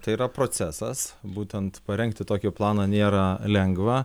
tai yra procesas būtent parengti tokį planą nėra lengva